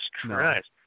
Christ